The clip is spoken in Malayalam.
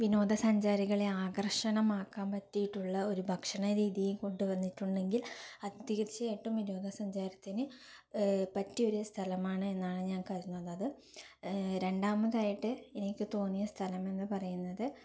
വിനോദസഞ്ചാരികളെ ആകര്ഷണമാക്കാന് പറ്റിയിട്ടുള്ള ഒരു ഭക്ഷണരീതി കൊണ്ടുവന്നിട്ടുണ്ടെങ്കില് അത് തീര്ച്ചയായിട്ടും വിനോദസഞ്ചാരത്തിന് പറ്റിയ ഒരു സ്ഥലമാണ് എന്നാണ് ഞാന് കരുതുന്നത് രണ്ടാമതായിട്ട് എനിക്ക് തോന്നിയ സ്ഥലം എന്ന് പറയുന്നത്